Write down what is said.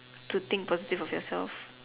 to think positive of yourself